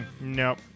nope